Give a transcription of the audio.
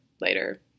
later